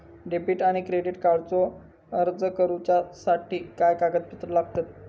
Debit आणि credit कार्डचो अर्ज करुच्यासाठी काय कागदपत्र लागतत?